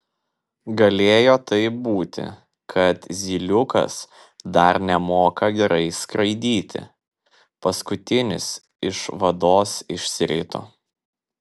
galėjo taip būti kad zyliukas dar nemoka gerai skraidyti paskutinis iš vados išsirito